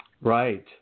Right